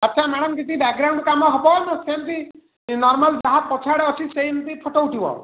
ଆଚ୍ଛା ମ୍ୟାଡ଼ାମ୍ କିଛି ବ୍ୟାକ୍ଗ୍ରାଉଣ୍ଡ୍ କାମ ହବ ନା ସେମିତି ନର୍ମାଲ୍ ଯାହା ପଛଆଡ଼େ ଅଛି ସେମିତି ଫଟୋ ଉଠିବ